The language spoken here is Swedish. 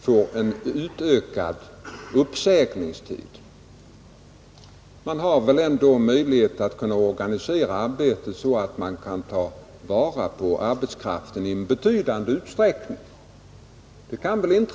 Företagen har väl ändå möjlighet att organisera arbetet så att man kan ta vara på arbetskraften i en betydande utsträckning även under uppsägningstid.